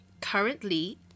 currently